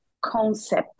concept